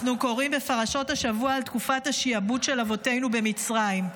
אנחנו קוראים בפרשות השבוע על תקופת השעבוד של אבותינו במצרים.